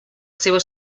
seva